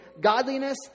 godliness